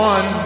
One